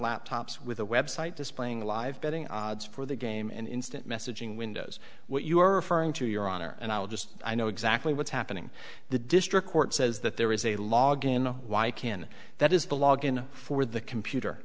laptops with a website displaying the live betting odds for the game and instant messaging windows what you are referring to your honor and i'll just i know exactly what's happening the district court says that there is a log and why i can that is the log in for the computer